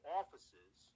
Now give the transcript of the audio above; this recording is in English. offices